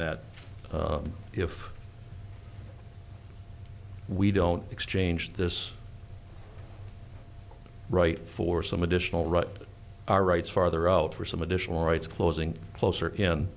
that if we don't exchange this right for some additional right our rights farther out for some additional rights closing closer in